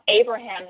Abraham